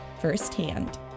firsthand